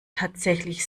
tatsächlich